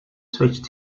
switched